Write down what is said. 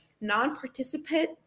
non-participant